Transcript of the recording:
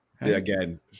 Again